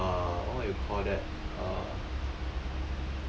err what you call that uh